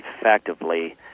effectively